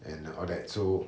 and all that so